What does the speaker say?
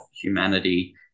humanity